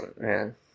man